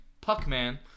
Puck-Man